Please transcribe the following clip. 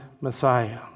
Messiah